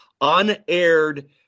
unaired